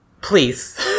Please